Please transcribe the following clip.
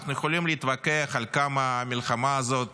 אנחנו יכולים להתווכח על כמה המלחמה הזאת